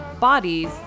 bodies